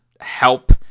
help